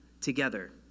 together